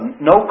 no